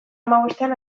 hamabostean